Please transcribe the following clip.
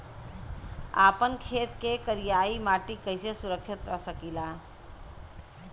आपन खेत के करियाई माटी के कइसे सुरक्षित रख सकी ला?